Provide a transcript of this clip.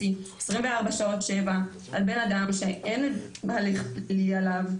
24/7 על בן אדם שאין הליך פלילי עליו,